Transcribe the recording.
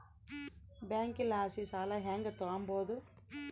ಬ್ಯಾಂಕಲಾಸಿ ಸಾಲ ಹೆಂಗ್ ತಾಂಬದು?